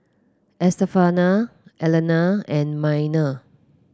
Estefania Elena and Minor